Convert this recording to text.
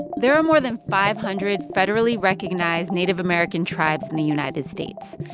there are more than five hundred federally recognized native american tribes in the united states.